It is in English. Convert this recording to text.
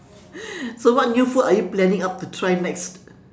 so what new food are you planning up to try next